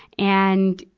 and,